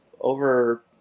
over